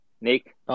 Nick